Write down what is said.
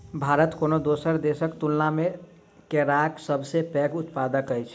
भारत कोनो दोसर देसक तुलना मे केराक सबसे पैघ उत्पादक अछि